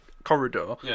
Corridor